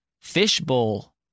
Fishbowl